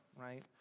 right